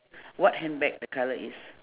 what handbag the colour is